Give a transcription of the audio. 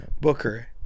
Booker